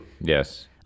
Yes